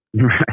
Right